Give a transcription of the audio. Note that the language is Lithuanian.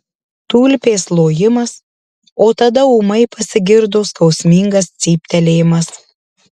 tulpės lojimas o tada ūmai pasigirdo skausmingas cyptelėjimas